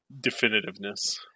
definitiveness